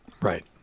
Right